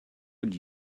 would